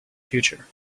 future